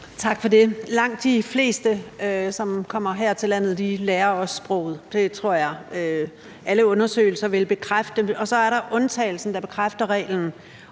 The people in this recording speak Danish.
Tak for det. Langt de fleste, som kommer her til landet, lærer også sproget. Det tror jeg alle undersøgelser vil bekræfte. Og så er der undtagelsen, der bekræfter reglen,